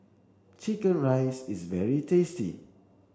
chicken rice is very tasty